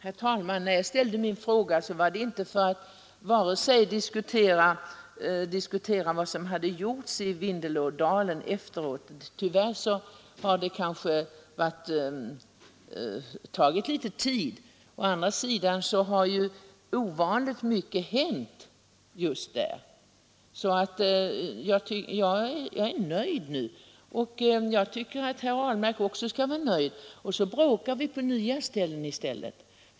Herr talman! När jag ställde min fråga var det inte för att diskutera vad som hade gjorts beträffande Vindelådalen efteråt. Tyvärr har det kanske tagit lite tid men å andra sidan har ju ovanligt mycket hänt just där. Jag är nöjd nu. Jag tycker att herr Ahlmark också skall vara nöjd, så bråkar vi på nya håll i stället.